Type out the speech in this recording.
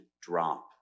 drop